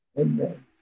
Amen